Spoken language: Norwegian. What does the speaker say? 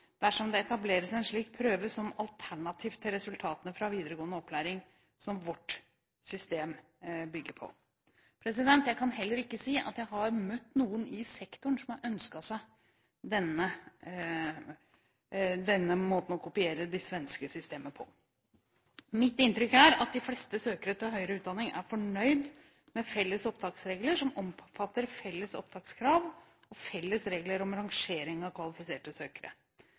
dersom det etableres en slik prøve som alternativ til resultatene fra videregående opplæring, som vårt system bygger på. Jeg kan heller ikke si at jeg har møtt noen i sektoren som har ønsket seg denne måten å kopiere det svenske systemet på. Mitt inntrykk er at de fleste søkere til høyere utdanning er fornøyd med felles opptaksregler som omfatter felles opptakskrav og felles regler om rangering av kvalifiserte søkere.